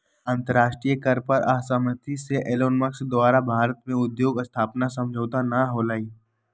अंतरराष्ट्रीय कर पर असहमति से एलोनमस्क द्वारा भारत में उद्योग स्थापना समझौता न होलय